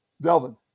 Delvin